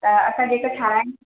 त असां जेका ठहाराई